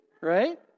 right